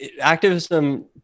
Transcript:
activism